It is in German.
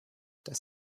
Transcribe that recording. das